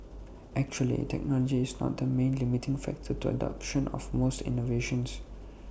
actually technology is not the main limiting factor to the adoption of most innovations